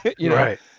right